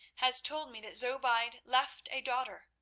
has told me that zobeide left a daughter,